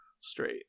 Straight